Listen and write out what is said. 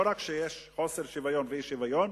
לא רק שיש חוסר שוויון ואי-שוויון,